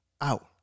out